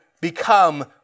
become